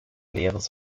leeres